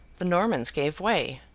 the normans gave way.